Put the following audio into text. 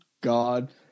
God